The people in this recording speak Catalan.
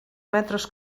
metres